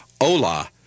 hola